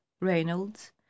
reynolds